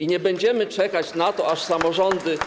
I nie będziemy czekać na to, aż samorządy